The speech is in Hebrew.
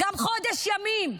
גם חודש ימים.